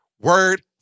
word